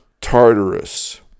Tartarus